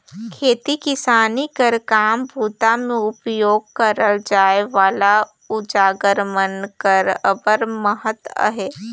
खेती किसानी कर काम बूता मे उपियोग करल जाए वाला अउजार मन कर अब्बड़ महत अहे